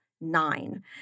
nine